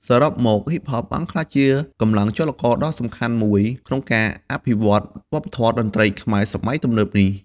សរុបមក ហ៊ីបហប បានក្លាយជាកម្លាំងចលករដ៏សំខាន់មួយក្នុងការអភិវឌ្ឍវប្បធម៌តន្ត្រីខ្មែរសម័យទំនើបនេះ។